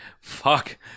fuck